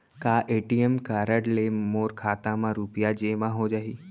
का ATM card ले मोर खाता म रुपिया जेमा हो जाही?